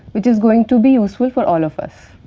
which is going to be useful for all of us.